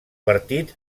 partit